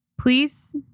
Please